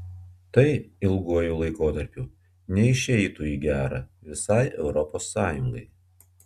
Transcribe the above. tai ilguoju laikotarpiu neišeitų į gera visai europos sąjungai